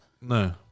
No